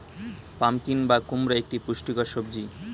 pumpkin বা কুমড়ো একটি পুষ্টিকর সবজি